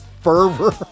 fervor